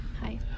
Hi